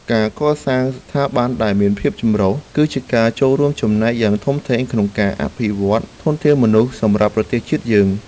ការកសាងស្ថាប័នដែលមានភាពចម្រុះ គឺជាការចូលរួមចំណែកយ៉ាងធំធេងក្នុងការអភិវឌ្ឍធនធានមនុស្សសម្រាប់ប្រទេសជាតិយើង។